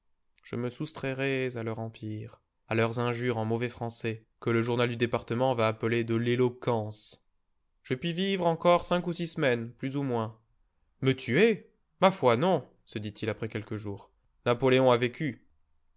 je me soustrairais à leur empire à leurs injures en mauvais français que le journal du département va appeler de l'éloquence je puis vivre encore cinq ou six semaines plus ou moins me tuer ma foi non se dit-il après quelques jours napoléon a vécu